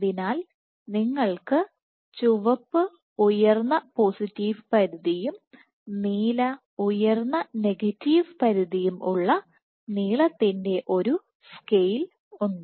അതിനാൽനിങ്ങൾക്ക് ചുവപ്പ് ഉയർന്ന പോസിറ്റീവ് പരിധിയും നീല ഉയർന്ന നെഗറ്റീവ് പരിധിയും ഉള്ള നീളത്തിന്റെ ഒരു സ്കെയിൽ ഉണ്ട്